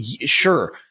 Sure